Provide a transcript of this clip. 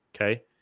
Okay